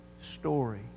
story